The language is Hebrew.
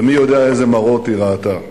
ומי יודע איזה מראות היא ראתה.